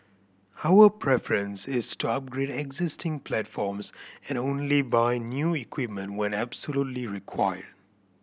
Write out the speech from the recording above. our preference is to upgrade existing platforms and only buy new equipment when absolutely required